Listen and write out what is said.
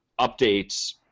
updates